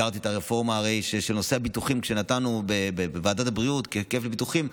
הרי הכרתי את הרפורמה של הביטוחים כשנתנו בוועדת הבריאות ככפל ביטוחים,